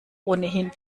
ohnehin